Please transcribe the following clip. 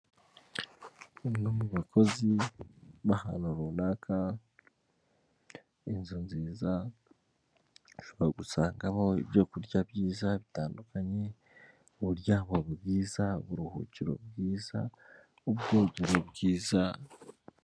Umwe mu bakozi bahantu runaka, inzu nziza ushobora gusangamo ibyo kurya byiza bitandukanye, uburyamo bwiza uburuhukiro bwiza ubwogero bwiza.